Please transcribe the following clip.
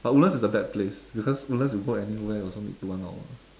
but woodlands is a bad place because woodlands you go anywhere also need to one hour